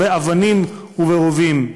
באבנים וברובים?